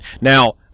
now